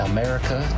America